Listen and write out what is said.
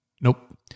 nope